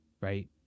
right